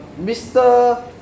Mr